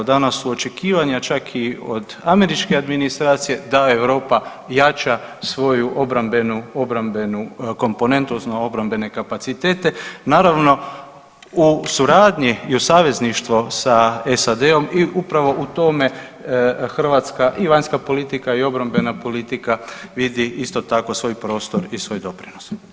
Danas su očekivanja čak i od američke administracije da Europa jača svoju obrambenu komponentu odnosno obrambene kapacitete, naravno u suradnji i uz savezništvo sa SAD-om i upravo u tome Hrvatska i vanjska politika i obrambena politika vidi isto tako svoj prostor i svoj doprinos.